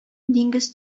диңгез